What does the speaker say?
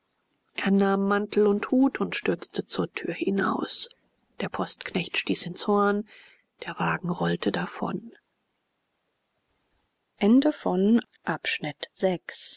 er nahm mantel und hut und stürzte zur tür hinaus der postknecht stieß ins horn der wagen rollte davon